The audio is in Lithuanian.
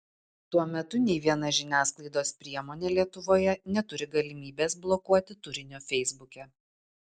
tuo metu nei viena žiniasklaidos priemonė lietuvoje neturi galimybės blokuoti turinio feisbuke